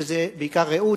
בעיקר רעות,